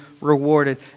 rewarded